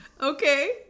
Okay